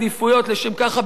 לשם כך הבניין הזה קיים.